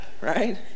Right